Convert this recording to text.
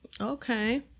Okay